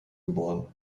geboren